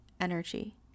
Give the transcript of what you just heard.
energy